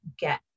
get